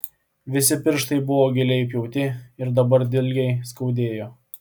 visi pirštai buvo giliai įpjauti ir dabar dilgiai skaudėjo